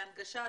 להנגשה,